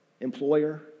employer